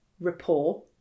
rapport